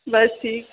बस ठीक